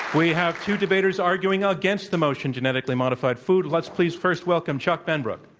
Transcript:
we have two debaters arguing against the motion, genetically modify food. let's please first welcome chuck benbrook.